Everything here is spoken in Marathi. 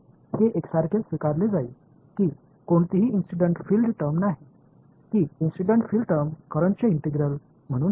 हे एकसारखेच स्वीकारले जाईल की कोणतीही इंसीडन्ट फील्ड टर्म नाही की इंसीडन्ट फील्ड टर्म करंटचे इंटिग्रल म्हणून आले